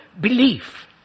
belief